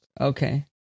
Okay